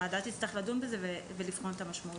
הוועדה תצטרך לדון בזה ולבחון את המשמעויות.